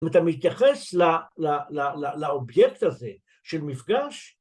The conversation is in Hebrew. אם אתה מתייחס לאובייקט הזה של מפגש